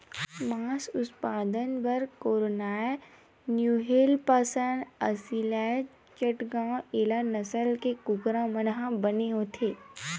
मांस उत्पादन बर कोरनिलए न्यूहेपसायर, असीलए चटगाँव ए नसल के कुकरा मन ह बने होथे